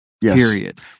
period